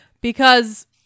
because-